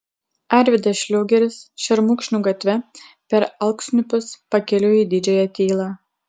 arvydas šliogeris šermukšnių gatve per alksniupius pakeliui į didžiąją tylą